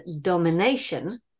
domination